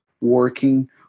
working